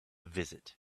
visit